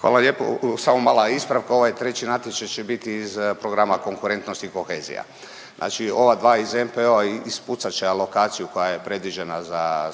Hvala lijepo. Samo mala ispravka. Ovaj treći natječaj će biti iz programa konkurentnosti i kohezija. Znači ova dva iz NPO-a ispucat će alokaciju koja je predviđena za